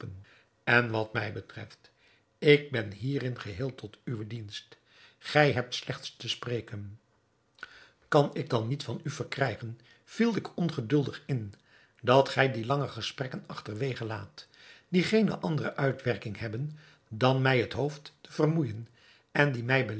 en wat mij betreft ik ben hierin geheel tot uwen dienst gij hebt slechts te spreken kan ik dan niet van u verkrijgen viel ik ongeduldig in dat gij die lange gesprekken achterwege laat die geene andere uitwerking hebben dan mij het hoofd te vermoeijen en die mij